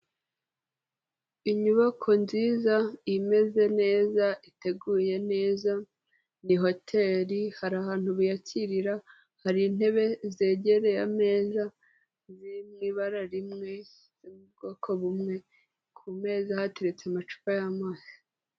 Inyubako nziza, imeze neza, iteguye neza ni hoteri, hari ahantu biyakirira, hari intebe zegereye ameza ziri mu ibara rimwe zo mu bwoko bumwe, ku meza hateretse amacupa y'amazi.